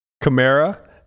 Camara